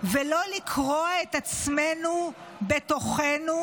ולא לקרוע את עצמנו בתוכנו,